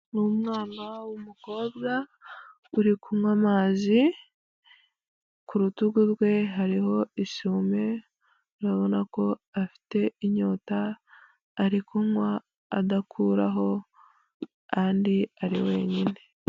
Umwanawana w'umukobwa uri kunywa amazi, ku rutugu rwe hariho isume urabona ko afite inyota ari kunywa adakuraho kandi ari wenyine.